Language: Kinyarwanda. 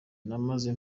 namaze